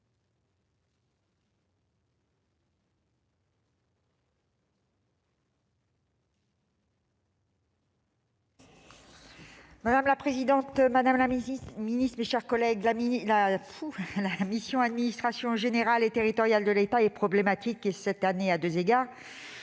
Madame la présidente, madame la ministre, mes chers collègues, la mission « Administration générale et territoriale de l'État » est problématique cette année, à deux égards.